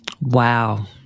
Wow